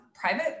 private